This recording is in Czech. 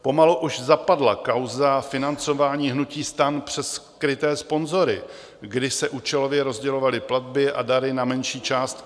Pomalu už zapadla kauza financování hnutí STAN přes skryté sponzory, kdy se účelově rozdělovaly platby a dary na menší částky.